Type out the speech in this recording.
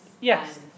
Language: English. Yes